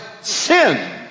sin